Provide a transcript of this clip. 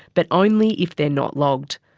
but only if they're not logged.